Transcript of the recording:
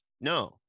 no